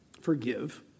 forgive